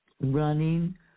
running